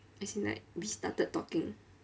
as in like we started talking